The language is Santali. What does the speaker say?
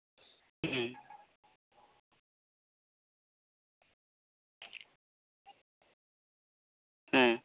ᱦᱩᱸ ᱦᱮᱸ